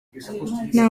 nta